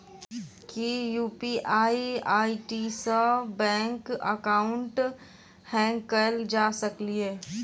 की UPI ID सऽ bank account hack कैल जा सकलिये?